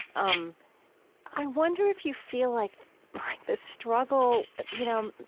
um i wonder if you feel like like the struggle you know